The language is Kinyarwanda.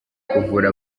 kuvura